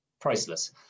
priceless